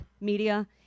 media